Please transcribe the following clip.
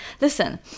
listen